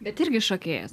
bet irgi šokėjas